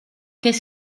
qu’est